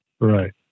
Right